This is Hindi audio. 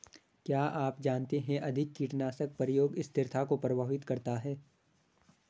क्या आप जानते है अधिक कीटनाशक प्रयोग स्थिरता को प्रभावित करता है?